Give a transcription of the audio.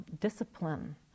discipline